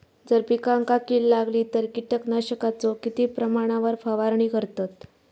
जर पिकांका कीड लागली तर कीटकनाशकाचो किती प्रमाणावर फवारणी करतत?